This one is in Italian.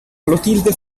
clotilde